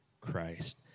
Christ